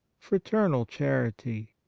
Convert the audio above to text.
fraternal charity.